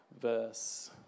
verse